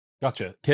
Gotcha